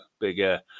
Bigger